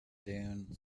dune